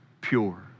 pure